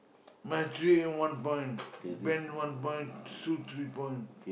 my three A one point band one point soup three point